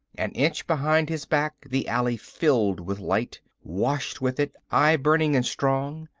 an inch behind his back the alley filled with light, washed with it, eye burning and strong.